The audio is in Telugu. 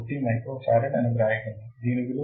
1 మైక్రోఫరాడ్ అని వ్రాయగలను దీని విలువ 159